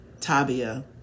Tabia